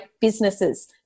businesses